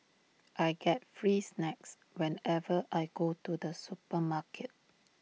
I get free snacks whenever I go to the supermarket